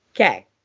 Okay